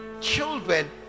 children